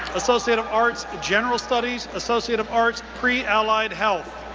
associate of arts, general studies, associate of arts, pre-allied health.